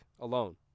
alone